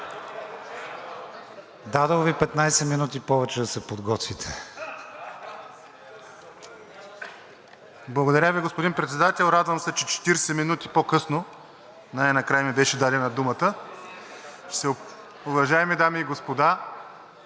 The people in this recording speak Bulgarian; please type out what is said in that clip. Дадох Ви 15 минути повече да се подготвите. ПЕТЪР ЧОБАНОВ (ДПС): Благодаря Ви, господин Председател. Радвам се, че 40 минути по-късно най-накрая ми беше дадена думата. Уважаеми дами и господа,